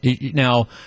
Now